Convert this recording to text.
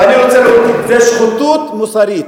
ואני רוצה להגיד: זאת שחיתות מוסרית,